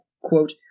Quote